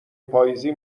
پاییزی